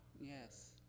Yes